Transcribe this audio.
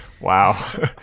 wow